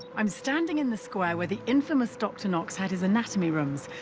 i'm standing in the square where the infamous doctor knox had his anatomy rooms.